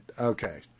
okay